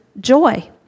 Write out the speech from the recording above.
joy